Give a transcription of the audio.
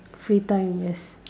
free time yes